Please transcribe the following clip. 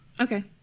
Okay